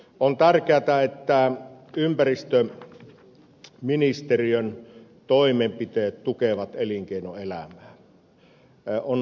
on tärkeätä että ympäristöministeriön toimenpiteet tukevat elinkeinoelämää